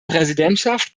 präsidentschaft